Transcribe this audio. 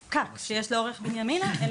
הפקק ואת עומס התנועה שיש בתוך בנימינה עצמה,